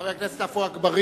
חבר הכנסת עפו אגבאריה,